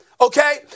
Okay